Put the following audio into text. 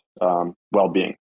well-being